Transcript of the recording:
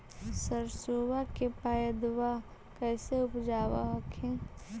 सरसोबा के पायदबा कैसे उपजाब हखिन?